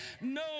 No